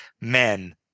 men